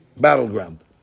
battleground